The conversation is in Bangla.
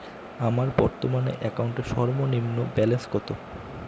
আমার বর্তমান অ্যাকাউন্টের সর্বনিম্ন ব্যালেন্স কত?